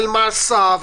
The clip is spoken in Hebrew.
על מעשיו,